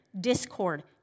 discord